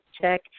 Check